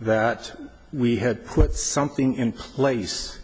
that we had put something in place